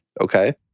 Okay